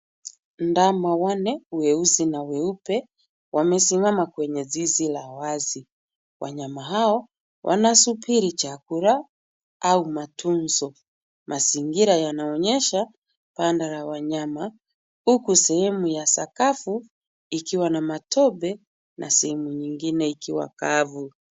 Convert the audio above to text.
Ndama wanne weusi na weupe wamesimama kwenye zizi la wazi. Wanyama hao wanasubiri chakula au matunzo. Mazingira yanaonyesha banda la wanyama huku sehemu ya sakafu ikiwa na matope na sehemu nyingine ikiwa kavu.